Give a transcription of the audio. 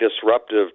disruptive